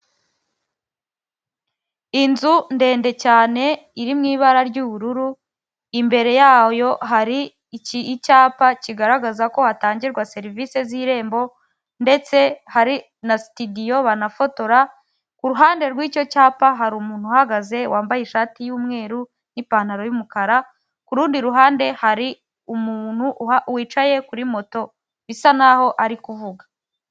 Inzu ndende cyane iri mu ibara ry'ubururu, imbere yayo hari icyapa kigaragaza ko hatangirwa serivise z'irembo, ndetse hari na sitidiyo banafotora, ku ruhande rw'icyo cyapa hari umuntu uhagaze wambaye ishati y'umweru n'ipantaro y'umukara, ku rundi ruhande hari umuntu wicaye kuri moto, bisa n'aho ari kuvuga.